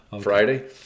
Friday